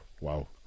Wow